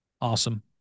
Awesome